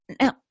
Now